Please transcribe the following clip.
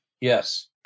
Yes